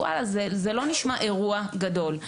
זה לא נשמע לו אירוע גדול.